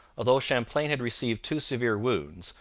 although champlain had received two severe wounds,